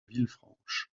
villefranche